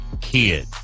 kid